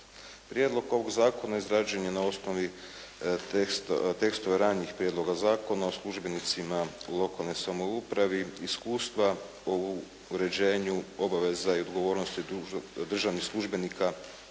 Prijedlog ovog zakona izrađen je na osnovi tekstova ranih prijedloga Zakona o službenicima u lokalnoj samoupravi iskustva o uređenju obaveza i odgovornosti državnih službenika